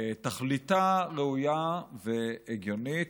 תכליתה ראויה והגיונית.